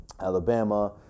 Alabama